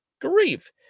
grief